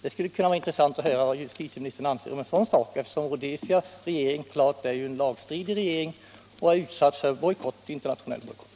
Det skulle vara intressant att höra vad justitieministern anser om en sådan sak, eftersom Rhodesias regering ju klart är en lagstridig regering och har utsatts för internationell bojkott.